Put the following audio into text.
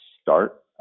start